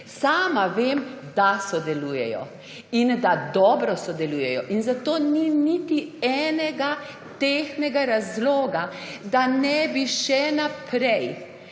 Sama vem, da sodelujejo in da dobro sodelujejo. Zato ni niti enega tehtnega razloga, da ne bi še naprej